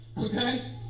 okay